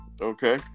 Okay